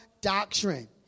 doctrine